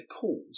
cause